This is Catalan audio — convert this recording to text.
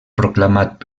proclamat